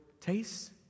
tastes